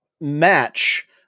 match